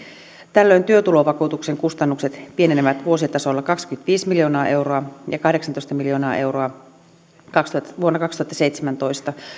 tällöin työtulovakuutuksen kustannukset pienenevät vuositasolla kaksikymmentäviisi miljoonaa euroa ja kahdeksantoista miljoonaa euroa vuonna kaksituhattaseitsemäntoista